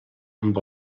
amb